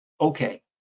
Okay